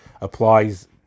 applies